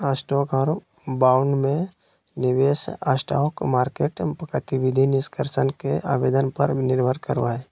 stock और bond में निवेश स्टॉक मार्केट गतिविधि निष्कर्ष के आवेदन पर निर्भर करो हइ